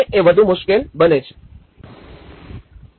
એ વધુ મુશ્કેલ બને છે